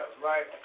right